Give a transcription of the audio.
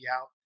out